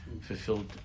fulfilled